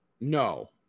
No